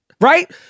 right